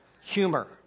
Humor